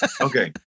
Okay